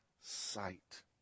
sight